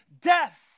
death